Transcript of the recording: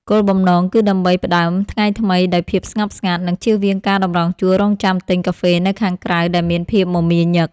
គោលបំណង គឺដើម្បីផ្ដើមថ្ងៃថ្មីដោយភាពស្ងប់ស្ងាត់ និងជៀសវាងការតម្រង់ជួររង់ចាំទិញកាហ្វេនៅខាងក្រៅដែលមានភាពមមាញឹក។